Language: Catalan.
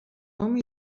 home